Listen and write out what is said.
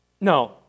No